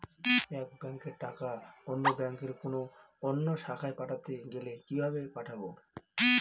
এক ব্যাংকের টাকা অন্য ব্যাংকের কোন অন্য শাখায় পাঠাতে গেলে কিভাবে পাঠাবো?